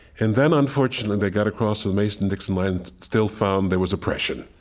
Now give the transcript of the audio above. and then, unfortunately, they got across the the mason-dixon line and still found there was oppression,